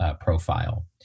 profile